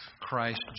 Christ